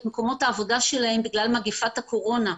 מקומות העבודה שלהם בגלל מגיפת הקורונה.